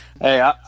Hey